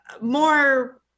more